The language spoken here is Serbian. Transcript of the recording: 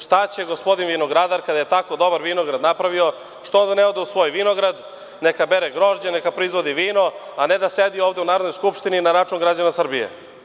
Šta će gospodin vinogradar, kada je tako dobar vinograd napravio, što ne ode u svoj vinograd, neka bere grožđe, neka proizvodi vino, a ne da sedi ovde u Narodnoj skupštini na račun građana Srbije.